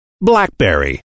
BlackBerry